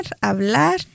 hablar